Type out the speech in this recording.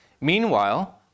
Meanwhile